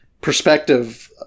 perspective